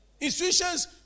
Institutions